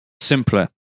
simpler